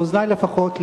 באוזני לפחות,